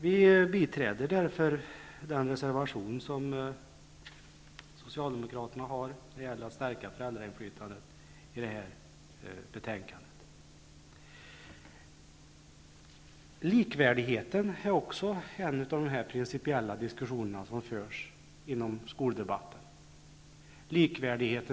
Vi i vänsterpartiet biträder därför den reservation som Socialdemokraterna har avgivit till detta betänkande när det gäller att stärka föräldrainflytandet. Det har också inom skoldebatten förts en principiell diskussion om likvärdigheten.